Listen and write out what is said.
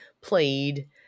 played